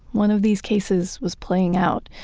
one of these cases was playing out,